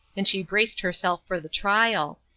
and she braced herself for the trial.